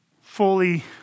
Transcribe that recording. fully